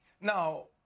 Now